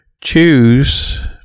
choose